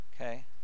Okay